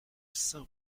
saint